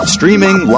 Streaming